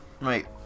Right